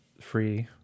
free